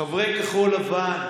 חברי כחול לבן,